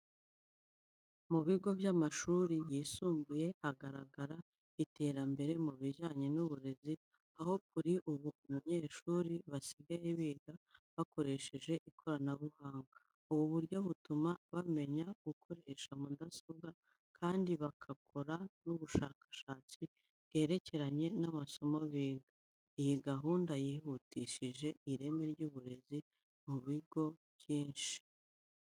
Mu bigo by'amashuri yisumbuye hagaragara iterambere mu bijyanye n'uburezi, aho kuri ubu abanyeshuri basigaye biga bakoresheje ikoranabuhanga. Ubu buryo butuma bamenya gukoresha mudasobwa kandi bagakora n'ubushakashatsi bwerekeranye n'amasomo biga. Iyi gahunda yihutishije ireme ry'uburezi mu bigo byinshi.